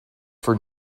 for